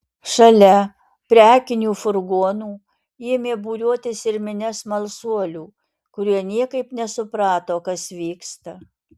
šalia prekinių furgonų ėmė būriuotis ir minia smalsuolių kurie niekaip nesuprato kas vyksta